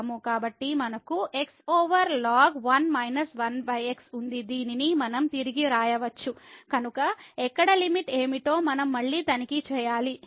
కాబట్టి మనకు x over ln ఉంది దీనిని మనం తిరిగి వ్రాయవచ్చు కనుక ఎక్కడా లిమిట్ ఏమిటో మనం మళ్ళీ తనిఖీ చేయాలి